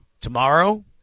Tomorrow